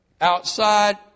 outside